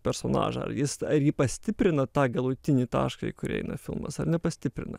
personažą ar jis ar ji pastiprina tą galutinį tašką į kurį eina filmas ar nepastiprina